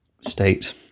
state